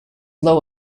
low